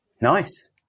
Nice